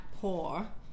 poor